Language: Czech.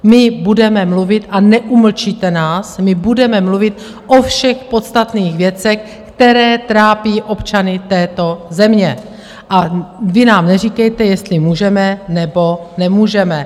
My budeme mluvit a neumlčíte nás, my budeme mluvit o všech podstatných věcech, které trápí občany této země, a vy nám neříkejte, jestli můžeme, nebo nemůžeme.